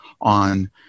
on